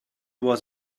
was